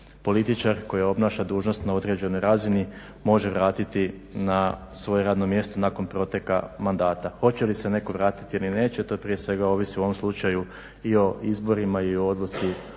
političar koji obnaša dužnost na određenoj razini može vratiti na svoje radno mjesto nakon proteka mandata. Hoće li se netko vratiti ili neće to prije svega ovisi u ovom slučaju i o izborima i o odluci